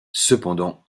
cependant